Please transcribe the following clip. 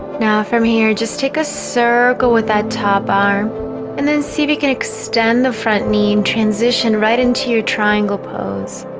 now from here, just take a circle with that top arm and then see if you can extend the front knee and transition right into your triangle pose